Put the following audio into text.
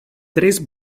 tres